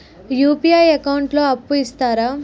UPI account లో అప్పు ఇస్తరా?